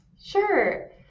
Sure